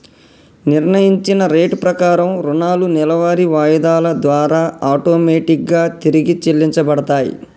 నిర్ణయించిన రేటు ప్రకారం రుణాలు నెలవారీ వాయిదాల ద్వారా ఆటోమేటిక్ గా తిరిగి చెల్లించబడతయ్